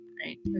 right